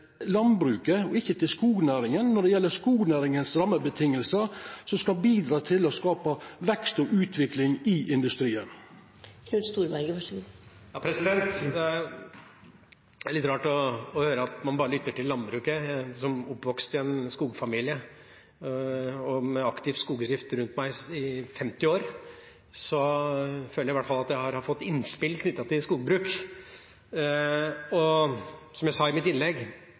landbruket og ikkje til skognæringa når det gjeld skognæringa sine rammevilkår, som skal bidra til å skapa vekst og utvikling i industrien. Det er litt rart å høre at man bare lytter til landbruket. Som en som er oppvokst i en skogfamilie, og med aktiv skogdrift rundt meg i 50 år, føler jeg at jeg i hvert fall har fått innspill om skogbruk. Og som jeg sa i mitt innlegg: